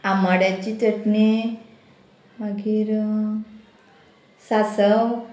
आमाड्याची चटणी मागीर सांसव